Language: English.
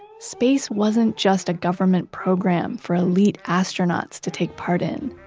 space wasn't just a government program for elite astronauts to take part in.